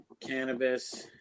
cannabis